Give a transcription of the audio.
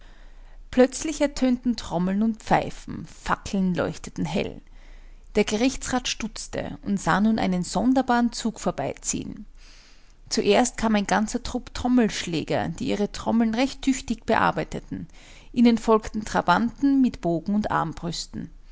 plötzlich ertönten trommeln und pfeifen fackeln leuchteten hell der gerichtsrat stutzte und sah nun einen sonderbaren zug vorbeiziehen zuerst kam ein ganzer trupp trommelschläger die ihre trommeln recht tüchtig bearbeiteten ihnen folgten trabanten mit bogen und armbrüsten